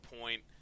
point